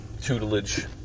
tutelage